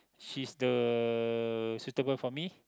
she's the suitable for me